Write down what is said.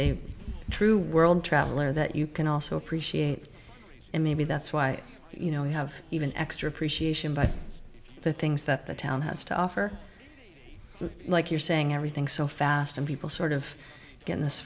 a true world traveler that you can also appreciate and maybe that's why you know you have even xx your appreciation by the things that the town has to offer like you're saying everything so fast and people sort of get this